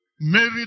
Mary